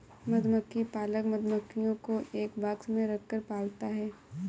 मधुमक्खी पालक मधुमक्खियों को एक बॉक्स में रखकर पालता है